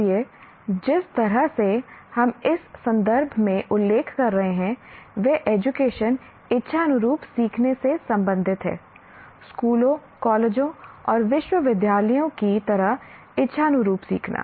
इसलिए जिस तरह से हम इस संदर्भ में उल्लेख कर रहे हैं वह एजुकेशन इच्छानुरूप सीखने से संबंधित है स्कूलों कॉलेजों और विश्वविद्यालयों की तरह इच्छानुरूप सीखना